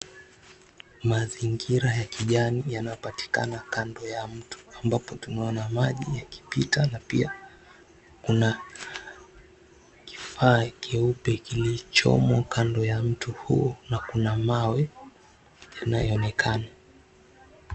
Mazingira ya kijani yanapatikana kando ya mto ambapo tunaona maji yakipita na pia kuna kifaa cheupe kilichomo kando ya mti huu na kuna mawe yanayoonekana.